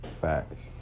Facts